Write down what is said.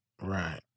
Right